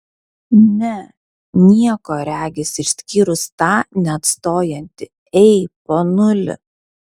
ne nieko regis išskyrus tą neatstojantį ei ponuli